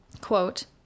quote